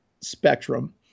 spectrum